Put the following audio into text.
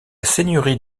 seigneurie